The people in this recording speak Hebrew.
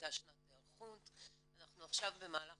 הייתה שנת היערכות, אנחנו עכשיו במהלך